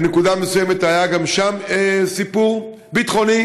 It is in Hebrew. בנקודה מסוימת היה גם שם סיפור ביטחוני.